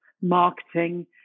marketing